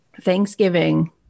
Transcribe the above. Thanksgiving